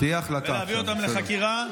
ולהביא אותם לחקירה.